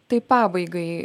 taip pabaigai